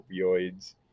opioids